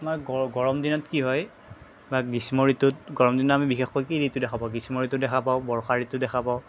মই গৰম দিনত কি হয় বা গ্ৰীষ্ম ঋতুত গৰম দিনত আমি বিশেষকৈ কি ঋতু দেখা পাওঁ গ্ৰীষ্ম ঋতুত দেখা পাওঁ বৰ্ষা ঋতু দেখা পাওঁ